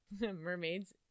Mermaids